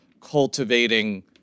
cultivating